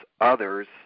others